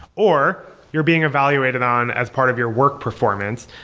or you're being evaluated on as part of your work performance.